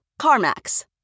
CarMax